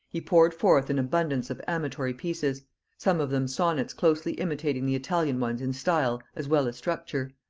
he poured forth an abundance of amatory pieces some of them sonnets closely imitating the italian ones in style as well as structure.